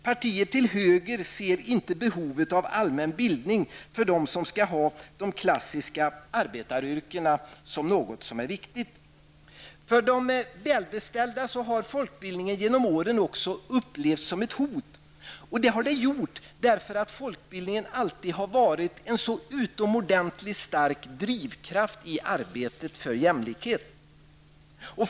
Partier till höger ser inte behovet av allmän bildning för dem som skall ha de klassiska arbetaryrkena som något viktigt. För de välbeställda har folkbildningen genom åren också upplevts som ett hot. Det har den gjort därför att folkbildningen alltid varit en så utomordentligt stark drivkraft i arbetet för jämlikhet.